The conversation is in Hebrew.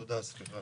תודה, סליחה.